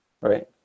right